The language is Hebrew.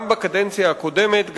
גם בקדנציה הקודמת,